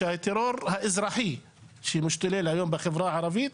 הטרור האזרחי שמשתולל בחברה הערבית,